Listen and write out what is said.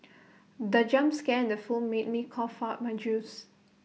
the jump scare in the film made me cough out my juice